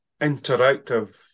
interactive